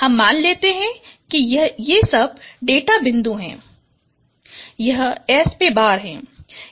हम मान लेते हैं कि ये सब डेटा बिंदु हैं और यह S̅ है